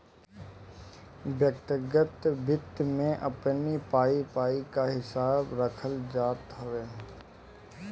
व्यक्तिगत वित्त में अपनी पाई पाई कअ हिसाब रखल जात हवे